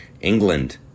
England